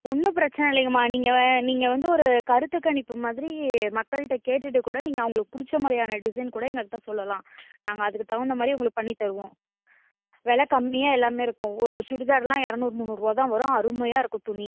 ஒன்றும் பிரச்சினை இல்லைங்கம்மா நீங்கள் வ வந்து ஒரு கருத்துக் கணிப்பு மாதிரி மக்கள்கிட்ட கேட்டுகிட்டுக்கூட நீங்கள் அவங்களுக்கு பிடிச்ச மாதிரியான டிசைன் கூட எங்கள்கிட்ட சொல்லலாம் நாங்கள் அதுக்கு தகுந்த மாதிரி உங்களுக்கு பண்ணி தருவோம் விலை கம்மியாக எல்லாமே இருக்கும் ஒரு சுடிதாரெலாம் இரநூறு முன்னுாறு ரூபாதான் வரும் அருமையாக இருக்கும் துணி